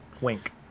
Wink